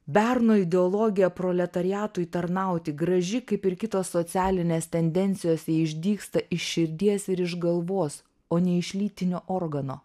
berno ideologija proletariatui tarnauti graži kaip ir kitos socialinės tendencijos išdygsta iš širdies ir iš galvos o ne iš lytinio organo